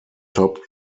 topped